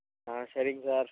ஆ சரிங்க சார்